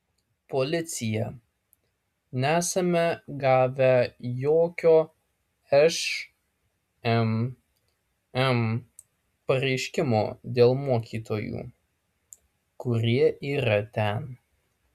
policija nesame gavę jokio šmm pareiškimo dėl mokytojų kurie yra ten